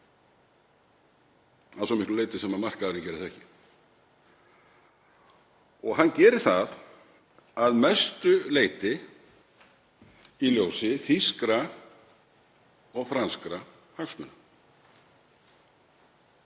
að svo miklu leyti sem markaðurinn gerir það ekki, og hann gerir það að mestu leyti í ljósi þýskra og franskra hagsmuna.